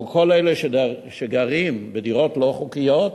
אבל כל אלה שגרים בדירות לא חוקיות,